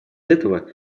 этого